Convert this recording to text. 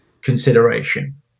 consideration